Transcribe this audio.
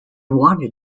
wanted